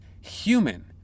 human